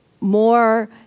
more